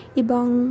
ibang